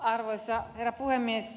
arvoisa herra puhemies